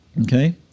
Okay